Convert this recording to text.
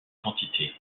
quantité